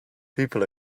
people